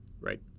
right